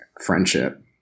friendship